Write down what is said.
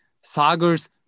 Sagar's